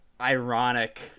ironic